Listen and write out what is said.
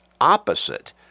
opposite